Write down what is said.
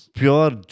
pure